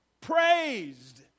Praised